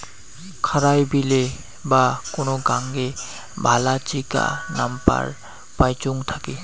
খারাই বিলে বা কোন গাঙে ভালা চিকা নাম্পার পাইচুঙ থাকি